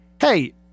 Hey